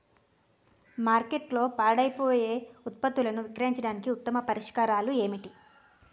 మార్కెట్లో పాడైపోయే ఉత్పత్తులను విక్రయించడానికి ఉత్తమ పరిష్కారాలు ఏంటి?